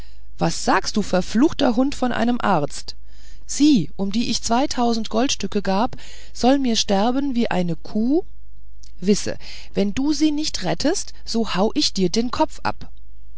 was sagst du verfluchter hund von einem arzt sie um die ich zweitausend goldstücke gab soll mir sterben wie eine kuh wisse daß wenn du sie nicht rettest so hau ich dir den kopf ab